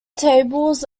tables